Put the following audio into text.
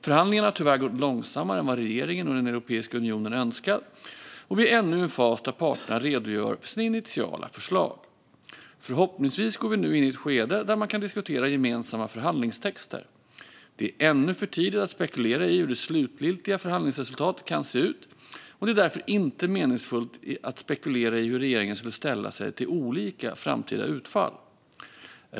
Förhandlingarna har tyvärr gått långsammare än vad regeringen och Europeiska unionen önskat, och vi är ännu i en fas där parterna redogör för sina initiala förslag. Förhoppningsvis går vi nu in i ett skede där man kan diskutera gemensamma förhandlingstexter. Det är ännu för tidigt att spekulera i hur det slutliga förhandlingsresultatet kan se ut, och det är därför inte meningsfullt att spekulera i hur regeringen skulle ställa sig till olika framtida utfall.